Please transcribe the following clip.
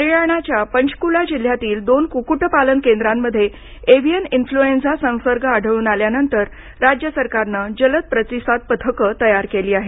हरियाणाच्या पंचकुला जिल्ह्यातील दोन कुक्कुटपालन केंद्रांमध्ये एव्हीयन इन्फ्लूएंझा संसर्ग आढळून आल्यानंतर राज्य सरकारनं जलद प्रतिसाद पथकं तयार केली आहेत